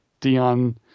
Dion